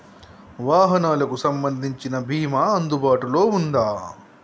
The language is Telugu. వాహనాలకు సంబంధించిన బీమా అందుబాటులో ఉందా?